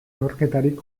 neurketarik